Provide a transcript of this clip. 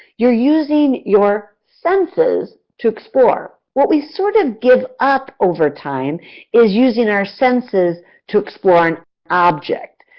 you're using your senses to explore. what we sort of give up over time is using our senses to explore an object.